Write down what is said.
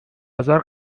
ازار